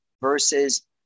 versus